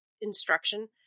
instruction